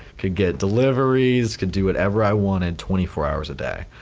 could get deliveries, could do whatever i wanted twenty four hours a day,